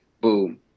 boom